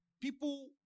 people